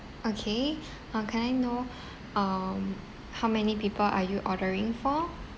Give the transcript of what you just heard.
okay uh can I know um how many people are you ordering for